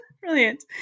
brilliant